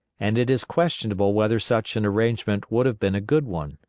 and it is questionable whether such an arrangement would have been a good one.